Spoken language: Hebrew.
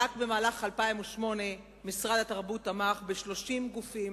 רק בשנת 2008 משרד התרבות תמך ב-30 גופים